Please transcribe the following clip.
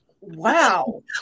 Wow